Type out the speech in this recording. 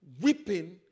weeping